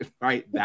right